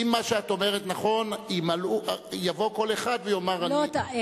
כי אם מה שאת אומרת נכון, יבוא כל אחד ויאמר: אני.